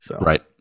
Right